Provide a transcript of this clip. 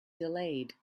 delayed